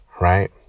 right